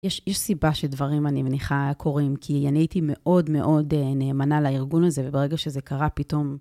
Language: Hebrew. יש סיבה שדברים, אני מניחה, קורים, כי אני הייתי מאוד מאוד נאמנה לארגון הזה, וברגע שזה קרה פתאום...